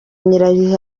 nyirayuhi